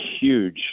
huge